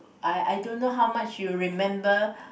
I I don't know how much you remember